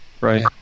right